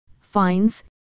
fines